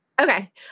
Okay